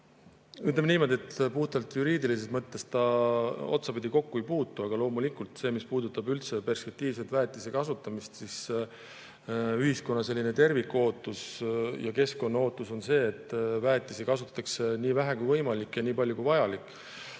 Ütleme niimoodi, et puhtalt juriidilises mõttes ta otsapidi kokku ei puutu. Aga loomulikult, mis puudutab üldse perspektiivset väetiste kasutamist, siis ühiskonna selline tervikootus ja keskkonnaootus on see, et väetisi kasutataks nii vähe kui võimalik ja nii palju kui vajalik.